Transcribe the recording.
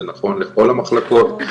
זה נכון לכל המחלקות.